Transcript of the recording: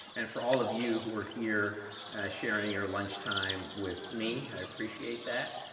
and for all of you who are here sharing your lunchtime with me i appreciate that.